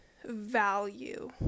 value